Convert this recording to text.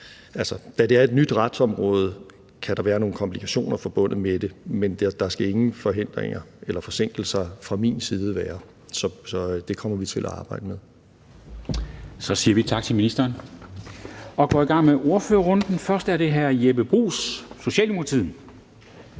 da det er et nyt retsområde, kan der være nogle komplikationer forbundet med det, men der skal ingen forhindringer eller forsinkelser fra min side være, så det kommer vi til at arbejde med. Kl. 10:46 Formanden (Henrik Dam Kristensen): Så siger vi tak til ministeren og går i gang med ordførerrunden. Først er det hr. Jeppe Bruus, Socialdemokratiet.